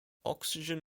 oxygen